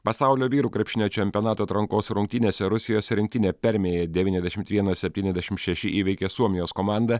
pasaulio vyrų krepšinio čempionato atrankos rungtynėse rusijos rinktinė permėje devyniasdešimt vienas septyniasdešimt šeši įveikė suomijos komandą